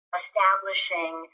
establishing